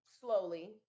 slowly